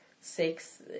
six